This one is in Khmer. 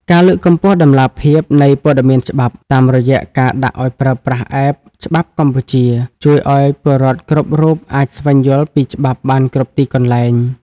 ការលើកកម្ពស់តម្លាភាពនៃព័ត៌មានច្បាប់ តាមរយៈការដាក់ឱ្យប្រើប្រាស់ App ច្បាប់កម្ពុជា ជួយឱ្យពលរដ្ឋគ្រប់រូបអាចស្វែងយល់ពីច្បាប់បានគ្រប់ទីកន្លែង។